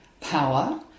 power